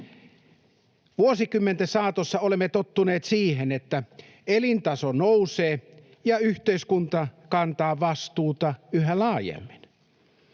Vuosikymmenten saatossa olemme tottuneet siihen, että elintaso nousee ja yhteiskunta kantaa vastuuta yhä laajemmin.